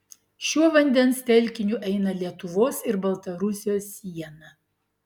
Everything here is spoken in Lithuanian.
šiuo vandens telkiniu eina lietuvos ir baltarusijos siena